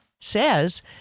says